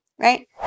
right